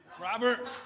robert